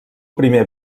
primer